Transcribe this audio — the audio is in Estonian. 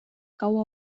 kaua